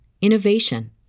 innovation